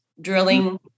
drilling